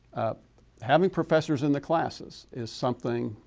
having professors in the classes is something,